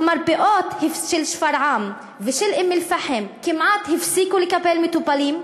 המרפאות של שפרעם ושל אום-אלפחם כמעט הפסיקו לקבל מטופלים,